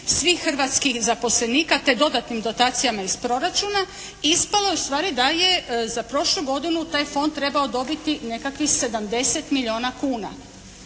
svih hrvatskih zaposlenika te dodatnim dotacijama iz Proračuna ispalo je ustvari da je za prošlu godinu taj Fond trebao dobiti nekakvih 70 milijuna kuna.